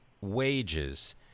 wages